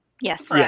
Yes